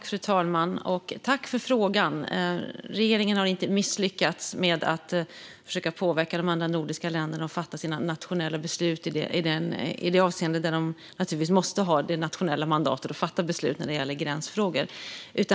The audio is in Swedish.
Fru talman! Jag tackar för frågan. Regeringen har inte misslyckats med att påverka de andra nordiska länderna att fatta sina nationella beslut i det avseendet. De måste naturligtvis ha det nationella mandatet att fatta beslut när det gäller gränsfrågor.